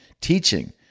teaching